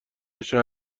بشه